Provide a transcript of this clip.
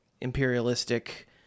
imperialistic